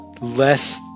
Less